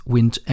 Wind